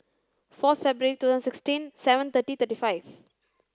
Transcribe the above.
four February twenty sixteen seven thirty thirty five